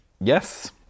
Yes